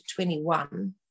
21